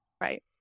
Right